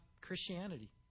Christianity